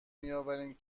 میآوریم